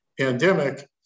pandemic